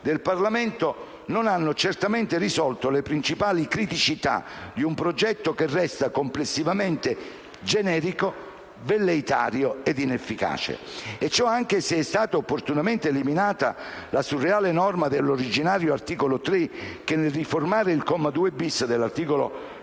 del Parlamento non hanno certamente risolto le principali criticità di un progetto che resta complessivamente generico, velleitario ed inefficace. Ciò vale anche se è stata opportunamente eliminata la surreale norma dell'originario articolo 3 che, nel riformare il comma 2-*bis* dell'articolo